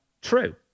true